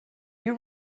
you